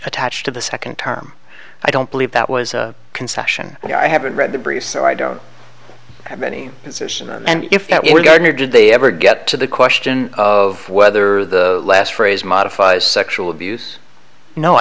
attached to the second term i don't believe that was a concession but i haven't read the briefs so i don't have any position and if that will garner did they ever get to the question of whether the last phrase modifies sexual abuse no i